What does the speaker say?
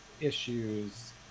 issues